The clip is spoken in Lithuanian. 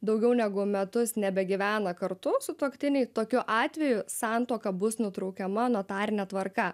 daugiau negu metus nebegyvena kartu sutuoktiniai tokiu atveju santuoka bus nutraukiama notarine tvarka